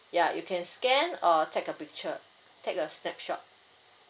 ya you can scan or take a picture take a snapshot